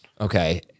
Okay